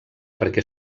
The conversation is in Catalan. perquè